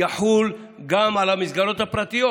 יחול גם על המסגרות הפרטיות.